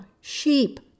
sheep